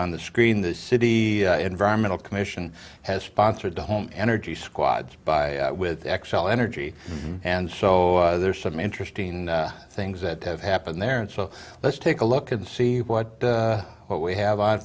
on the screen the city environmental commission has sponsored the home energy squads by with xcel energy and so there are some interesting things that have happened there and so let's take a look and see what what we have o